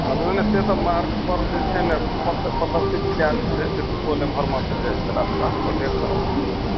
हमरा ने से तऽ मार्ग पर जे छै ने पथ प्रदर्शित कयल छै जे सुपौल एमहरमे से जाइ छै रास्ता ओ देख रहल छियै हम